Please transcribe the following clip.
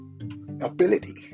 ability